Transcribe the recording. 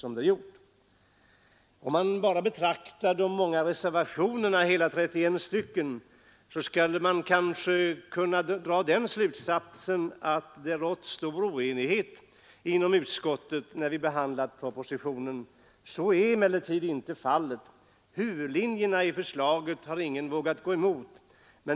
Om man bara betraktar de många reservationerna — hela 31 stycken — skulle man kanske kunna dra slutsatsen att det rått stor oenighet inom utskottet när vi behandlat propositionen. Så är emellertid inte fallet. Huvudlinjerna i förslaget har ingen vågat gå emot.